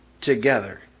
together